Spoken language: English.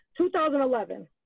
2011